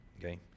okay